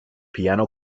piano